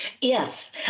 Yes